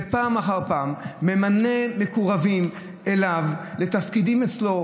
ופעם אחר פעם ממנה מקורבים אליו לתפקידים אצלו?